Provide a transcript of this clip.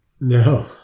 No